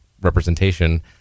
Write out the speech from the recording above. representation